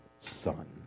son